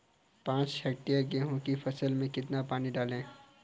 पाँच हेक्टेयर गेहूँ की फसल में कितना पानी डालें?